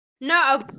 no